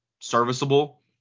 serviceable